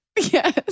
Yes